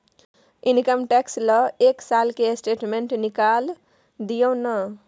Income tax ल एक साल के स्टेटमेंट निकैल दियो न?